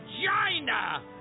vagina